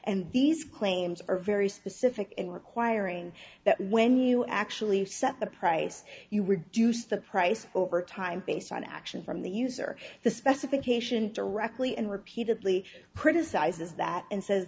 and these claims are very specific in requiring that when you actually set the price you reduce the price over time based on action from the user the specification directly and repeatedly criticizes that and says